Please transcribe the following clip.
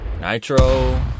Nitro